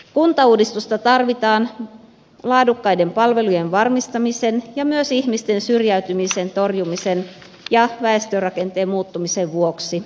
kuntauudistusta tarvitaan laadukkaiden palvelujen varmistamisen ja myös ihmisten syrjäytymisen torjumisen ja väestörakenteen muuttumisen vuoksi